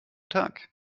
tag